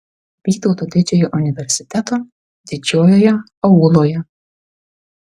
vytauto didžiojo universiteto didžiojoje auloje